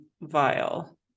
vile